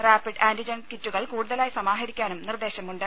rapid antigen കിറ്റുകൾ കൂടുതലായി സമാഹരിക്കാനും നിർദ്ദേശമുണ്ട്